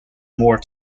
more